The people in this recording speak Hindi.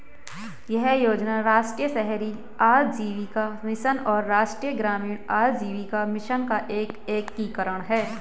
यह योजना राष्ट्रीय शहरी आजीविका मिशन और राष्ट्रीय ग्रामीण आजीविका मिशन का एकीकरण है